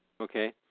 Okay